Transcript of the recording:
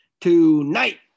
Tonight